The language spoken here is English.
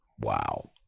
Wow